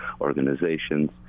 organizations